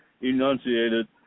enunciated